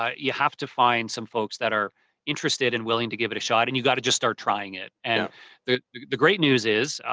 ah you have to find some folks that are interested and willing to give it a shot and you've got to just start trying it and the the great news is,